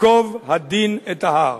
ייקוב הדין את ההר.